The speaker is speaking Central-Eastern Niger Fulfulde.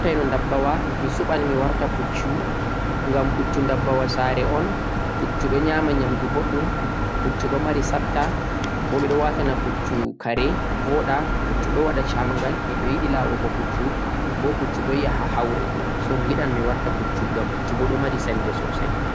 to har mi wartan no dabbawa, mi suɓan mi warta puccu, ngam puccu dabbawa saare on, puccu ɗo nyaama nyaamndu boɗɗum, puccu ɗo mari sabta, bo ɓe ɗo waatana puccu kare, bo'ɗa, puccu ɗo waɗa camgal, himɓe yiɗi laaru go puccu, bo puccu ɗo yaha hawre, so mi yiɗan mi warta puccu ngam puccu bo ɗo mari sembe soosay.